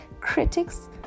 critics